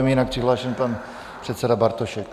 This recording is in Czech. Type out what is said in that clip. Jinak je přihlášen pan předseda Bartošek.